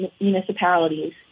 municipalities